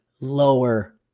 lower